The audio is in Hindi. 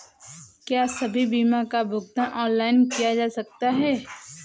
क्या सभी बीमा का भुगतान ऑनलाइन किया जा सकता है?